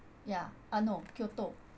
ya ah no kyoto